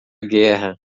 guerra